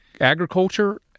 agriculture